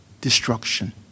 Destruction